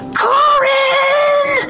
Corin